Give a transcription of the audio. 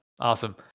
Awesome